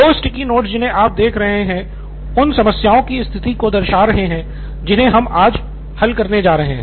दो sticky note जिन्हें आप देख सकते हैं उन समस्याओं की स्थिति को दर्शा रहे हैं जिन्हें हम आज हल करने जा रहे हैं